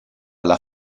alla